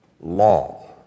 law